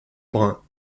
brun